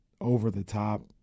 over-the-top